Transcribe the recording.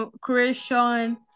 creation